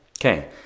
Okay